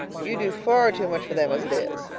you do far too much for them as it is.